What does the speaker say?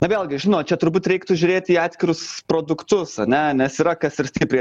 na vėlgi žinot čia turbūt reiktų žiūrėti į atskirus produktus ane nes yra kas ir stipriai